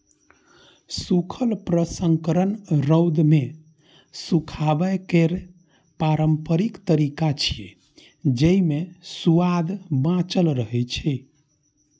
सूखल प्रसंस्करण रौद मे सुखाबै केर पारंपरिक तरीका छियै, जेइ मे सुआद बांचल रहै छै